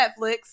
Netflix